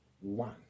one